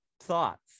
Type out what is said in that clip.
thoughts